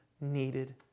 needed